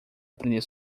aprender